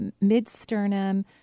mid-sternum